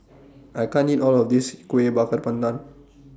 I can't eat All of This Kueh Bakar Pandan